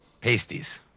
pasties